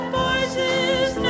voices